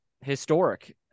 Historic